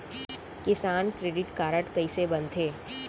किसान credit card कइसे बनथे?